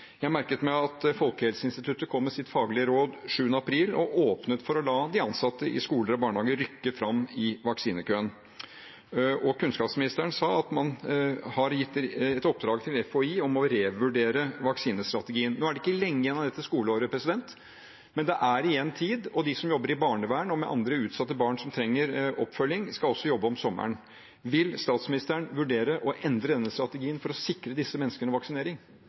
Jeg merket meg at Folkehelseinstituttet kom med sitt faglige råd 7. april og åpnet for å la de ansatte i skoler og barnehager rykke fram i vaksinekøen. Kunnskapsministeren sa at man har gitt et oppdrag til FHI om å revurdere vaksinestrategien. Nå er det ikke lenge igjen av dette skoleåret, men det er fortsatt tid, og de som jobber i barnevern og med andre utsatte barn som trenger oppfølging, skal også jobbe om sommeren. Vil statsministeren vurdere å endre strategien for å sikre disse menneskene vaksinering?